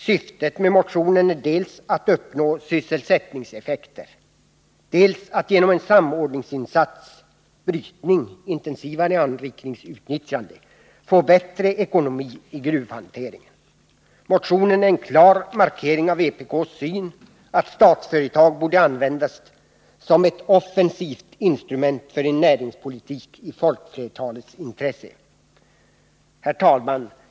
Syftet är att dels uppnå sysselsättningseffekter, dels genom en samordningsinsats brytning — intensivare anrikningsutnyttjande få bättre ekonomi i gruvhanteringen. Motionen är en klar markering av vpk:s syn att Statsföretag borde användas som ett offensivt instrument för en näringspolitik i folkflertalets intresse. Herr talman!